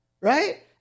Right